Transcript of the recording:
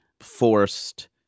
forced